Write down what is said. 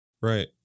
Right